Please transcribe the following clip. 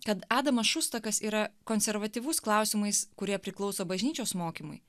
kad adamas šustakas yra konservatyvus klausimais kurie priklauso bažnyčios mokymui